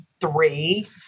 three